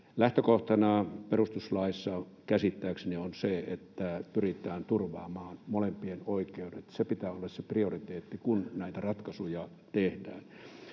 lähtökohtana perustuslaissa käsittääkseni on se, että pyritään turvaamaan molempien oikeudet. Sen pitää olla se prioriteetti, kun näitä ratkaisuja tehdään.